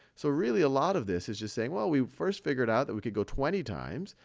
so really, a lot of this is just saying, well, we first figured out that we could go twenty times.